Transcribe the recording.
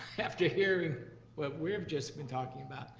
after hearing what we've just been talking about,